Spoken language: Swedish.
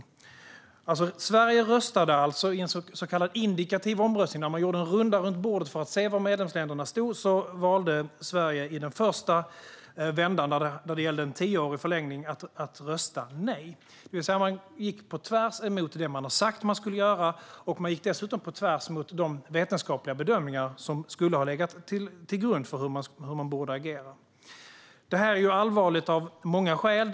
I en första omröstning om en tioårig förlängning röstade Sverige nej i en så kallad indikativ omröstning när man gjorde en runda runt bordet för att se var medlemsländerna stod i frågan. Man gick alltså på tvärs emot vad man hade sagt att man skulle göra, och man gick dessutom på tvärs emot de vetenskapliga bedömningar som borde ha legat till grund för hur man agerade. Det här är allvarligt av många skäl.